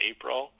April